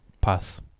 Pass